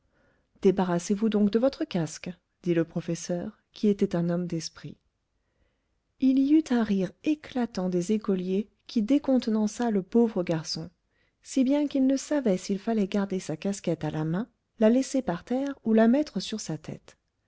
débarrassez-vous donc de votre casque dit le professeur qui était un homme d'esprit il y eut un rire éclatant des écoliers qui décontenança le pauvre garçon si bien qu'il ne savait s'il fallait garder sa casquette à la main la laisser par terre ou la mettre sur sa tête